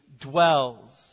dwells